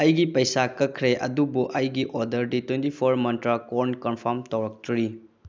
ꯑꯩꯒꯤ ꯄꯩꯁꯥ ꯀꯛꯈ꯭ꯔꯦ ꯑꯗꯨꯕꯨ ꯑꯩꯒꯤ ꯑꯣꯗꯔꯗꯤ ꯇ꯭ꯋꯦꯟꯇꯤ ꯐꯣꯔ ꯃꯟꯇ꯭ꯔꯥ ꯀꯣꯔꯟ ꯀꯟꯐꯥꯔꯝ ꯇꯧꯔꯛꯇ꯭ꯔꯤ